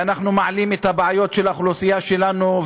ואנחנו מעלים את הבעיות של האוכלוסייה שלנו.